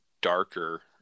darker